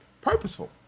purposeful